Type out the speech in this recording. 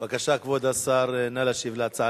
בבקשה, כבוד השר, נא להשיב על ההצעה